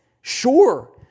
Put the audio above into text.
sure